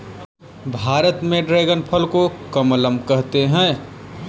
भारत में ड्रेगन फल को कमलम कहते है